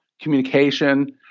communication